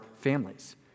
families